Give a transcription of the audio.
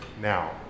now